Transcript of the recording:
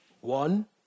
One